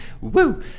Woo